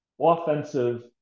offensive